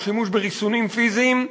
או שימוש בריסונים פיזיים,